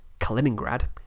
Kaliningrad